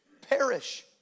perish